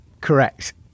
Correct